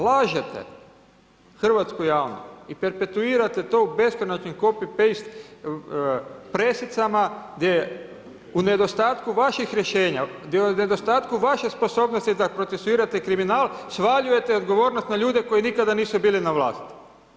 Lažete hrvatsku javnost i perpetuirate to u beskoračno copy-paste preslicama, gdje je u nedostatku vaših rješenja, u nedostatku vaše sposobnosti da procesuirate kriminal svaljujete odgovornost na ljude koji nikada nisu bili na vlasti.